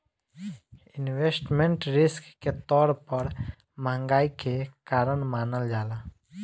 investment risk के तौर पर महंगाई के कारण मानल जाला